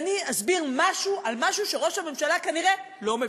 אני אסביר משהו על משהו שראש הממשלה כנראה לא מבין,